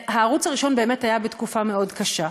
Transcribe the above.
והערוץ הראשון באמת היה בתקופה קשה מאוד.